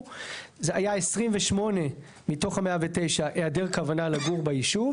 זה היה 28 מתוך ה-109 היעדר כוונה לגור בישוב.